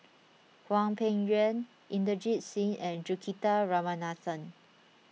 Hwang Peng Yuan Inderjit Singh and Juthika Ramanathan